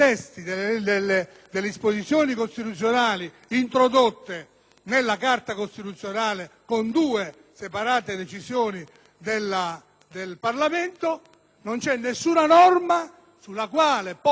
nella Carta costituzionale con due separate decisioni del Parlamento, sulla quale possa poggiare il principio che l'elettorato passivo